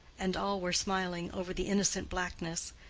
and all were smiling over the innocent blackness,